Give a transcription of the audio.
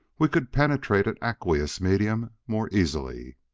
we could penetrate an aqueous medium more easily.